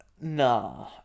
nah